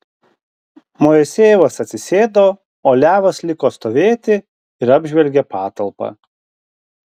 moisejevas atsisėdo o levas liko stovėti ir apžvelgė patalpą